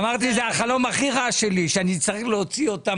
החלום הכי רע שלא שאצטרך להוציא אותה